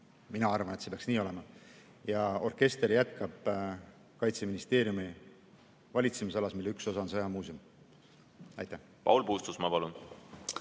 Mina arvan, et see peaks nii olema. Orkester jätkab Kaitseministeeriumi valitsemisalas, mille üks osa on sõjamuuseum. Aitäh, hea küsija! Ma usun,